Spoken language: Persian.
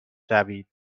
شوید